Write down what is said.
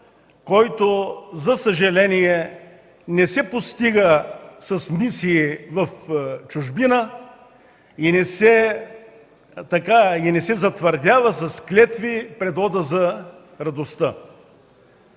който, за съжаление, не се постига с мисии в чужбина и не се затвърждава с клетви пред „Одата на радостта”.